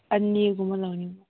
ꯑꯅꯤꯒꯨꯝꯕ ꯂꯧꯅꯤꯡꯕ